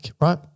right